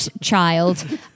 Child